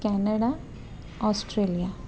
Canada Australia